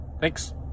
Thanks